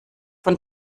von